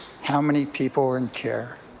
how many people are in care?